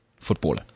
footballer